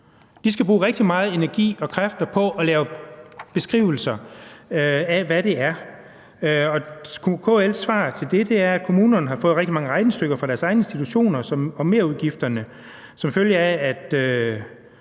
De skal bruge rigtig meget energi og mange kræfter på at lave beskrivelser af, hvad det er, de ansøger om, og KL's svar til det er, at kommunerne har fået rigtig mange regnestykker fra deres egne institutioner om merudgifterne som følge af